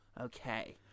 Okay